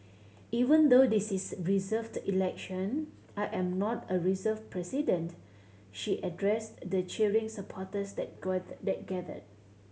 even though this is reserved election I am not a reserved president she addressed the cheering supporters that gathered